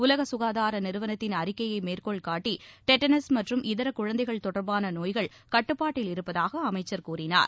உலக சுகாதார நிறுவனத்தின் அறிக்கையை மேற்கோள் காட்டி டெடட்னஸ் மற்றும் இதர குழந்தைகள் தொடர்பான நோய்கள் கட்டுப்பாட்டில் இருப்பதாக அமைச்சர் தெரிவித்தார்